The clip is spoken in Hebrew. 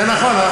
זה נכון,